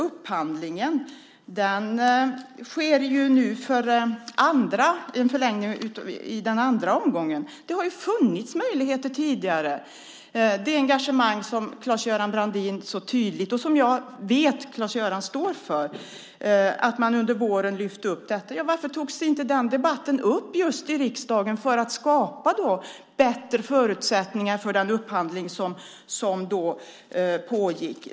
Upphandlingen sker för andra gången. Det har ju funnits möjligheter att påverka detta tidigare. Jag ser Claes-Göran Brandins tydliga engagemang, som jag vet att han står för. Varför tog man inte upp detta i riksdagen under våren, så att man skulle kunna skapa bättre förutsättningar för den upphandling som då pågick.